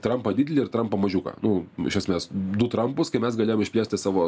trampą didelį ir trampą mažiuką nu iš esmės du trampus kai mes galėjome išplėsti savo